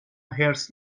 حرص